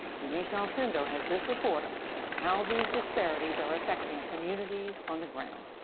yamiche alcindor has this report on how these disparities are affecting communities on the ground.